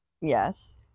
yes